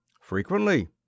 Frequently